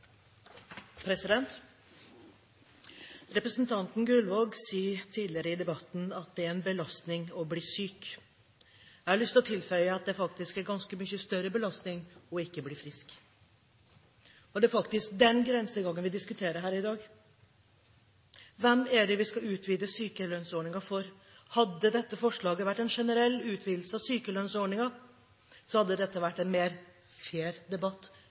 en belastning å bli syk. Jeg har lyst til å tilføye at det faktisk er en ganske mye større belastning å ikke bli frisk. Og det er faktisk den grensegangen vi diskuterer her i dag: Hvem er det vi skal utvide sykelønnsordningen for? Hadde dette forslaget dreid seg om en generell utvidelse av sykelønnsordningen, hadde dette vært en mer fair debatt,